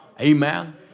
Amen